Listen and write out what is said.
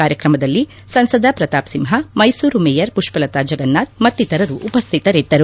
ಕಾರ್ಯಕ್ರಮದಲ್ಲಿ ಸಂಸದ ಪ್ರತಾಪ್ ಸಿಂಹ್ ಮೈಸೂರು ಮೇಯರ್ ಪುಪ್ವಲತಾ ಜಗನ್ನಾಥ್ ಮತ್ತಿತರರು ಉಪಸ್ಥಿತರಿದ್ದರು